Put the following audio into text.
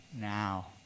now